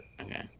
Okay